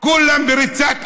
כולם בריצת אמוק,